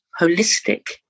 holistic